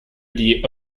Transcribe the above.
die